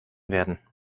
werden